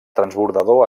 transbordador